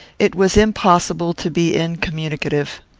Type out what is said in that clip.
it was impossible to be incommunicative.